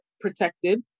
protected